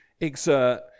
exert